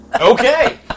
Okay